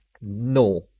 No